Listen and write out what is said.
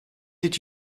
did